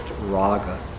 Raga